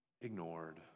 ignored